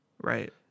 Right